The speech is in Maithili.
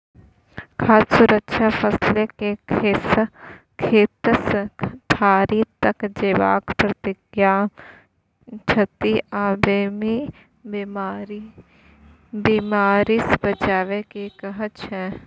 खाद्य सुरक्षा फसलकेँ खेतसँ थारी तक जेबाक प्रक्रियामे क्षति आ बेमारीसँ बचाएब केँ कहय छै